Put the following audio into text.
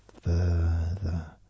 further